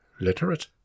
literate